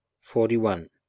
forty-one